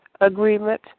agreement